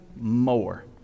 More